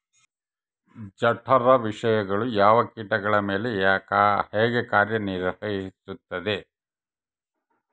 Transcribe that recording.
ಜಠರ ವಿಷಯಗಳು ಯಾವ ಕೇಟಗಳ ಮೇಲೆ ಹೇಗೆ ಕಾರ್ಯ ನಿರ್ವಹಿಸುತ್ತದೆ?